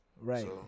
Right